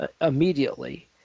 immediately